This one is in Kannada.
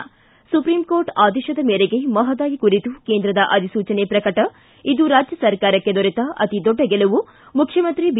ಿ ಸುಪ್ರೀಂ ಕೋರ್ಟ್ ಆದೇಶದ ಮೇರೆಗೆ ಮಹದಾಯಿ ಕುರಿತು ಕೇಂದ್ರದ ಅಧಿಸೂಚನೆ ಪ್ರಕಟ ಇದು ರಾಜ್ಯ ಸರ್ಕಾರಕ್ಕೆ ದೊರೆತ ಅತಿದೊಡ್ಡ ಗೆಲುವು ಮುಖ್ಚಮಂತ್ರಿ ಬಿ